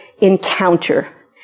encounter